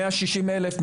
מאה שישים אלף,